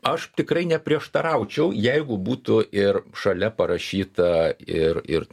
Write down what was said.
aš tikrai neprieštaraučiau jeigu būtų ir šalia parašyta ir ir